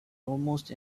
almost